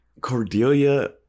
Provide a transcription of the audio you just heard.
Cordelia